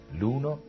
l'uno